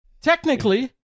technically